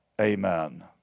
Amen